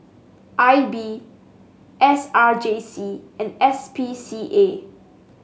I B S R J C and S P C A